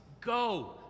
go